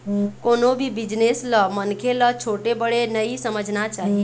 कोनो भी बिजनेस ल मनखे ल छोटे बड़े नइ समझना चाही